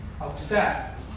upset